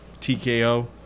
TKO